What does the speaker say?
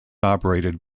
operated